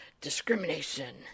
discrimination